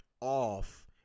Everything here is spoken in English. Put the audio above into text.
off